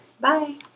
Bye